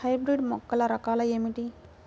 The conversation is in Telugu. హైబ్రిడ్ మొక్కల రకాలు ఏమిటి?